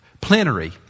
plenary